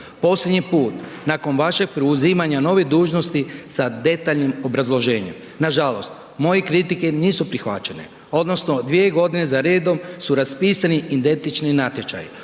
posljednji put nakon vašeg preuzimanja nove dužnosti sa detaljnim obrazloženjem, nažalost, moje kritike nisu prihvaćene odnosno 2 g. za redom su raspisani identični natječaji,